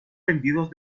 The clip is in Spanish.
vendidos